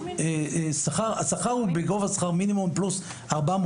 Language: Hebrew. השכר הוא בגובה שכר מינימום פלוס 400